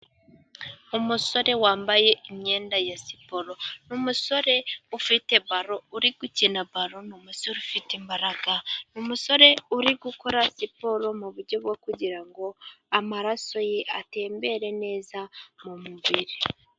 Umusore wambaye imyenda ya siporo. Ni umusore ufite baro uri gukina baro. Ni umusore ufite imbaraga, ni n'umusore uri gukora siporo mu buryo bwo kugira ngo amaraso ye atembere neza mu mubiri.